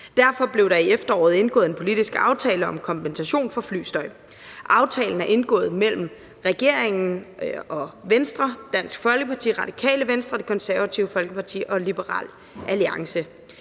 Derfor blev der i efteråret indgået en politisk aftale om kompensation for flystøj. Aftalen er indgået mellem regeringen og Venstre, Dansk Folkeparti, Radikale Venstre, Det Konservative Folkeparti og Liberal Alliance.